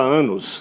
anos